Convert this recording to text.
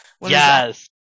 Yes